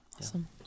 Awesome